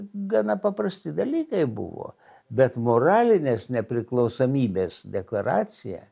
gana paprasti dalykai buvo bet moralinės nepriklausomybės deklaracija